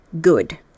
good